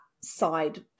side